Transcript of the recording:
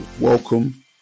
Welcome